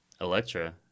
Electra